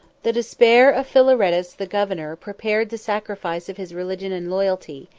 the despair of philaretus the governor prepared the sacrifice of his religion and loyalty,